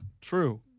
true